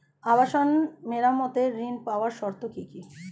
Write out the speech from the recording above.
আবাসন মেরামতের ঋণ পাওয়ার শর্ত কি?